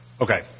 Okay